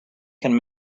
can